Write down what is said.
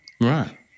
Right